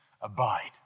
abide